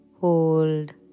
Hold